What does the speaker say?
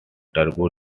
turbo